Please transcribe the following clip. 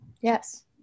Yes